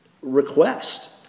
request